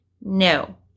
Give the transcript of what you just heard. No